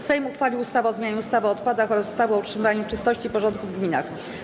Sejm uchwalił ustawę o zmianie ustawy o odpadach oraz ustawy o utrzymaniu czystości i porządku w gminach.